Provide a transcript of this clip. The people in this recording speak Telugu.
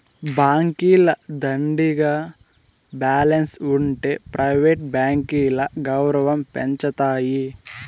బాంకీల దండిగా బాలెన్స్ ఉంటె ప్రైవేట్ బాంకీల గౌరవం పెంచతాయి